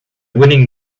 winning